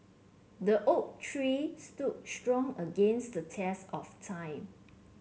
the oak tree stood strong against the test of time